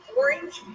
orange